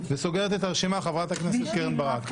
וסוגרת את הרשימה חברת הכנסת קרן ברק.